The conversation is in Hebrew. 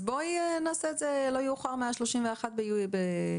לזה כמעט אין משמעות, כפי